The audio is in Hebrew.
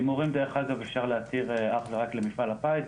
הימורים דרך אגב אפשר להתיר אך ורק למפעל הפיס,